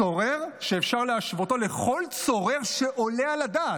צורר שאפשר להשוותו לכל צורר שעולה על הדעת,